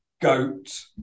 GOAT